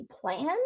plan